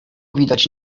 widać